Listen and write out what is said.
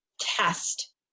test